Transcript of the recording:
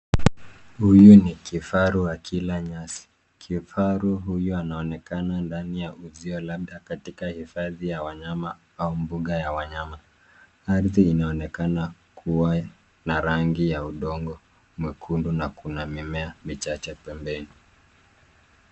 Huyu ni kifaru akila nyasi. Kifaru huyu anaonekana labda katika hifadhi ya wanyama au mbuga ya wanyama .Ardhi inaonekana kuwa na rangi ya udongo mwekundu na kuna mimea michache pembeni.